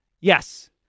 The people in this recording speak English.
Yes